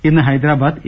ഇന്ന് ഹൈദ്രാബാദ് എ